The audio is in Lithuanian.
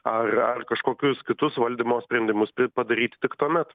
ar ar kažkokius kitus valdymo sprendimus padaryti tik tuomet